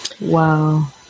Wow